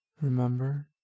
Remember